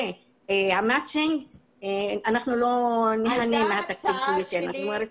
את יודעת